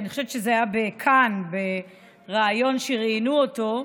אני חושבת שזה היה ב"כאן", בריאיון שראיינו אותו.